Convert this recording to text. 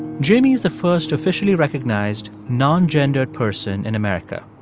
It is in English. jamie is the first officially recognized nongendered person in america.